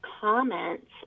comments